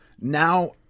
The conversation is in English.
now